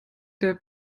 der